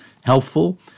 helpful